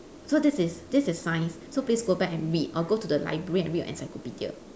so this is this is science so please got back and read or go to the library and read your encyclopedia